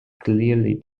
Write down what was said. clearly